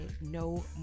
no